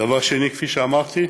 דבר שני, כפי שאמרתי,